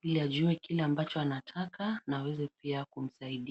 ili ajue kile ambacho anataka na aweze pia kumsaidia.